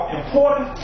important